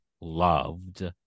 loved